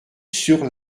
sur